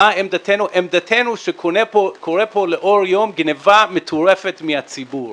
עמדתנו היא שקורית פה לאור היום גניבה מטורפת מהציבור.